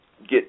get